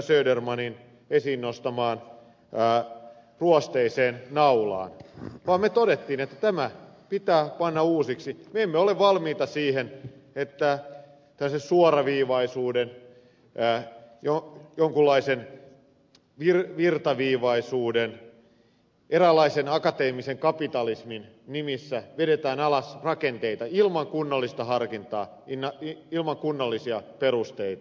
södermanin esiin nostamaan ruosteiseen naulaan vaan me totesimme että tämä pitää panna uusiksi me emme ole valmiita siihen että tällaisen suoraviivaisuuden jonkunlaisen virtaviivaisuuden eräänlaisen akateemisen kapitalismin nimissä vedetään alas rakenteita ilman kunnollista harkintaa ilman kunnollisia perusteita